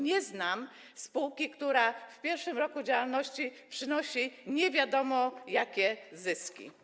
Nie znam spółki, która w pierwszym roku działalności przynosi nie wiadomo jakie zyski.